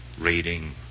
reading